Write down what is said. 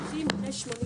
הישיבה ננעלה בשעה